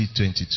2022